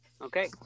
Okay